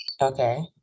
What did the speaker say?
Okay